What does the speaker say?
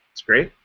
that's great.